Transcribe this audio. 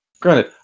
Granted